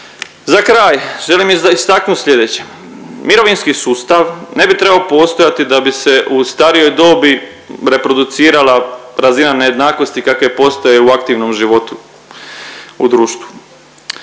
Za kraj želi istaknuti slijedeće. Mirovinski sustav ne bi trebao postojati da bi se u starijoj dobi reproducirala razina nejednakosti kakve postoje u aktivnom životu u društvu.